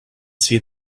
see